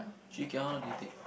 three k_m how long do you take